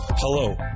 Hello